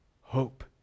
hope